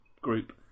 group